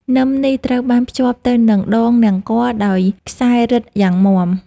នឹមនេះត្រូវបានភ្ជាប់ទៅនឹងដងនង្គ័លដោយខ្សែរឹតយ៉ាងមាំ។